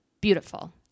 beautiful